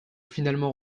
finalement